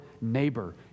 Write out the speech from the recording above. neighbor